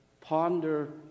ponder